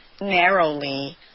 narrowly